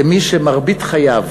כמי שמרבית חייו